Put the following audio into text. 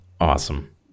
awesome